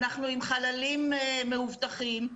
אנחנו עם חללים מאובטחים,